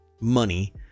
money